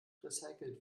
recycelt